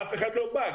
אף אחד לא בא.